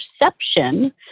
perception